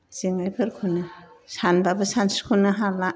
जेंनाफोरखौनो सानबाबो सानस'खनो हाला